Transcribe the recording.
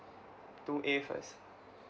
two A first